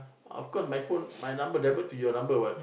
of course my phone my number divert to your number what